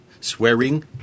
swearing